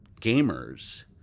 gamers